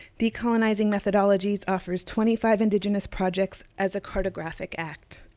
decolonizing methodologies offers twenty five indigenous projects as a cartographic act.